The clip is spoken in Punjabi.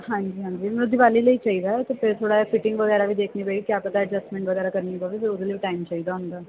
ਹਾਂਜੀ ਹਾਂਜੀ ਮੈਨੂੰ ਦਿਵਾਲੀ ਲਈ ਚਾਹੀਦਾ ਹੈ ਅਤੇ ਫਿਰ ਥੋੜ੍ਹਾ ਜਿਹਾ ਫਿਟਿੰਗ ਵਗੈਰਾ ਵੀ ਦੇਖਣੀ ਪਏਗੀ ਕਿਆ ਪਤਾ ਐਡਜਸਟਮੈਂਟ ਵਗੈਰਾ ਕਰਨੀ ਪਵੇ ਫਿਰ ਉਹਦੇ ਲਈ ਟਾਈਮ ਚਾਹੀਦਾ ਹੁੰਦਾ